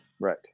right